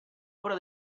obra